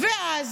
ואז,